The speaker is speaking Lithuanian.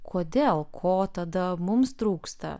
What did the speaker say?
kodėl ko tada mums trūksta